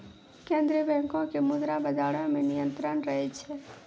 केन्द्रीय बैंको के मुद्रा बजारो मे नियंत्रण रहै छै